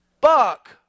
buck